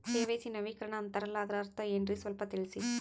KYC ನವೀಕರಣ ಅಂತಾರಲ್ಲ ಅದರ ಅರ್ಥ ಏನ್ರಿ ಸ್ವಲ್ಪ ತಿಳಸಿ?